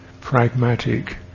pragmatic